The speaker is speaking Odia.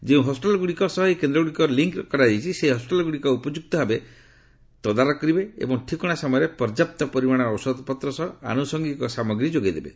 ଯେଉଁ ହସିଟାଲ୍ଗୁଡ଼ିକ ସହ ଏହି କେନ୍ଦ୍ରଗୁଡ଼ିକର ଲିଙ୍କ୍ ରହିଛି ସେହି ହସ୍ୱିଟାଲ୍ଗୁଡ଼ିକ ଉପଯୁକ୍ତ ଭାବେ ତଦାରଖ କରିବେ ଏବଂ ଠିକଣା ସମୟରେ ପର୍ଯ୍ୟାପ୍ତ ପରିମାଣର ଔଷଧପତ୍ର ସହ ଆନ୍ରଷଙ୍ଗିକ ସାମଗ୍ରୀ ଯୋଗାଇ ଦେବେ